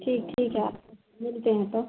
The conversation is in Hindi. ठीक ठीक है आपसे मिलते हैं तब